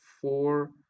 four